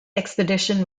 expedition